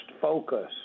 focus